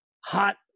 hot